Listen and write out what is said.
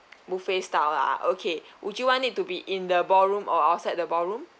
buffet style lah uh okay would you want it to be in the ballroom or outside the ballroom